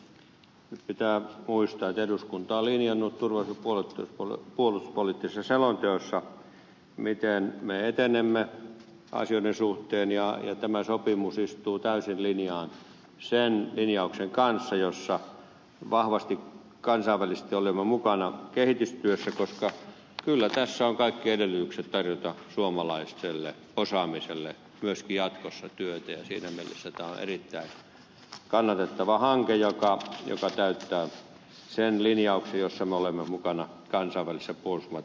nyt pitää muistaa että eduskunta on linjannut turvallisuus ja puolustuspoliittisessa selonteossa miten me etenemme asioiden suhteen ja tämä sopimus istuu täysin linjaan sen linjauksen kanssa jossa olemme vahvasti mukana kansainvälisesti kehitystyössä koska kyllä tässä on kaikki edellytykset tarjota suomalaiselle osaamiselle myöskin jatkossa työtä ja siinä mielessä tämä on erittäin kannatettava hanke joka täyttää sen linjauksen jossa me olemme mukana kansainväliset puolustivat